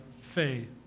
faith